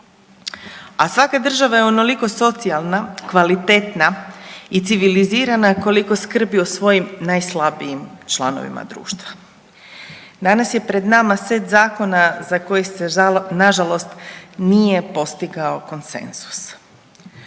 a svaka država je onoliko socijalna, kvalitetna i civilizirana koliko skrbi o svojim najslabijim članovima društva. Danas je pred nama set zakona za koji se nažalost nije postigao konsenzus.